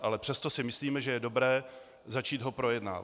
Ale přesto si myslíme, že je dobré začít ho projednávat.